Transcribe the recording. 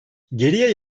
geriye